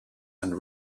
and